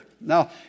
Now